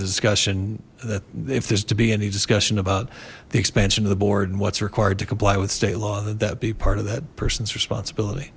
discussion that if there's to be any discussion about the expansion of the board and what's required to comply with state law would that be part of that person's responsibility